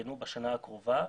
שיותקנו בשנה הקרובה.